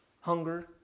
Hunger